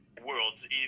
worlds